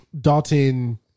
Dalton